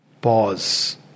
Pause